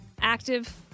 active